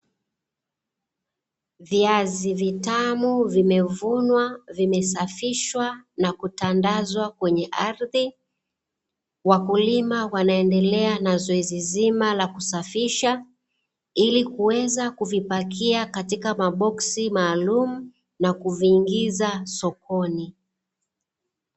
Viazi vitamu vimevunwa, vimesafishwa na kutandazwa kwenye ardhi. Wakulima wanaendelea na zoezi zima la kusafisha, ili kuweza kuvipakia katika maboksi maalumu na kuviingiza sokoni.